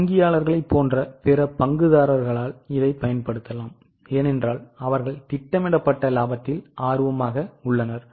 வங்கியாளர்களைப் போன்ற பிற பங்குதாரர்களால் இதைப் பயன்படுத்தலாம் அவர்கள் திட்டமிடப்பட்ட லாபத்தில் ஆர்வமாக உள்ளனர்